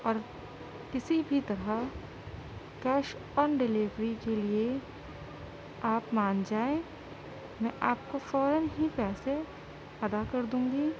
اور کسی بھی طرح کیش آن ڈیلیوری کے لیے آپ مان جائیں میں آپ کو فوراً ہی پیسے ادا کر دوں گی